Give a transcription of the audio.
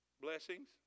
Blessings